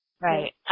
Right